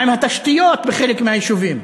מה עם התשתיות בחלק מהיישובים?